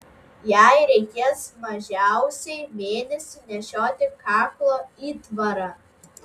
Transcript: jai reikės mažiausiai mėnesį nešioti kaklo įtvarą